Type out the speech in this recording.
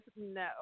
no